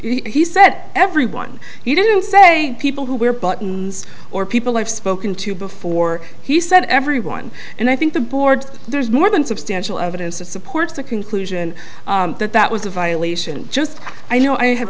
he said everyone he didn't say people who wear buttons or people i've spoken to before he said everyone and i think the board there's more than substantial evidence to support the conclusion that that was a violation just i know i have